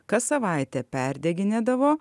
kas savaitę perdeginėdavo